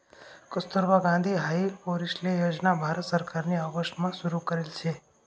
कस्तुरबा गांधी हाई पोरीसले योजना भारत सरकारनी ऑगस्ट मा सुरु करेल शे